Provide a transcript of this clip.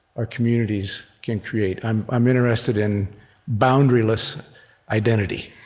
our communities can create. i'm i'm interested in boundary-less identity.